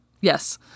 Yes